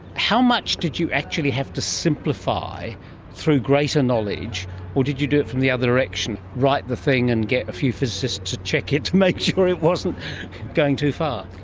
how much did you actually have to simplify through greater knowledge or did you do it from the other direction write the thing and get a few physicists to check it to make sure it wasn't going too far?